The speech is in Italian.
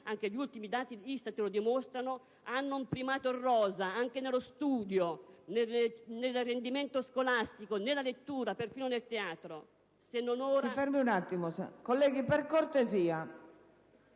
anche gli ultimi dati ISTAT lo dimostrano - hanno un primato in rosa anche nello studio, nel rendimento scolastico, nella lettura e perfino nel teatro.